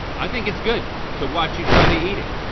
i think it's good to watch you try to eat it.